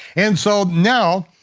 and so now,